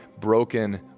broken